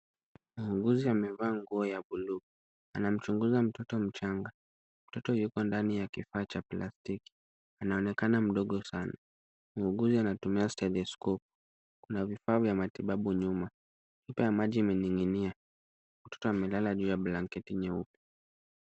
Muuguzi amevaa nguo ya buluu. Anamchunguza mtoto mchanga. Mtoto yuko ndani ya kifaa cha plastiki. Anaonekana mdogo sana. Muuguzi anatumia stethoskopu. Kuna vifaa vya matibabu nyuma. Chupa ya maji imening'inia. Mtoto amelala juu ya blanketi nyeupe.